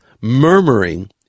Murmuring